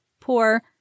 poor